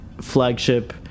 flagship